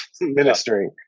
ministering